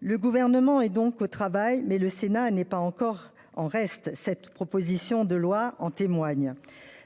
Le Gouvernement est donc au travail, mais le Sénat n'est pas en reste, comme en témoigne cette proposition de loi.